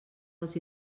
dels